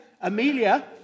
Amelia